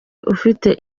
ufite